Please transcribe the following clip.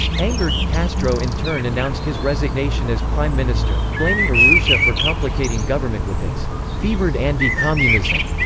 angered, castro in turn announced his resignation as prime minister, blaming urrutia for complicating government with his fevered anti-communism.